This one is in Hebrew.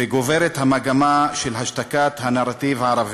וגוברת המגמה של השתקת הנרטיב הערבי,